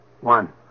One